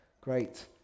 Great